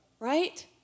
Right